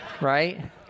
Right